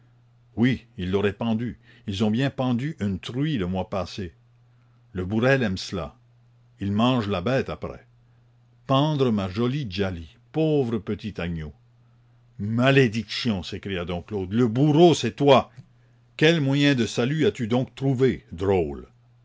oui ils l'auraient pendue ils ont bien pendu une truie le mois passé le bourrel aime cela il mange la bête après pendre ma jolie djali pauvre petit agneau malédiction s'écria dom claude le bourreau c'est toi quel moyen de salut as-tu donc trouvé drôle